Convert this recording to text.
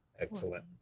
Excellent